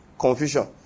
Confusion